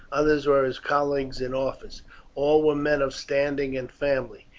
others were his colleagues in office all were men of standing and family.